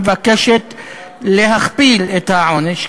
שמבקשת להכפיל את העונש,